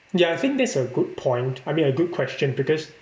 ya I think that's a good point I mean a good question because